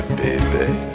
baby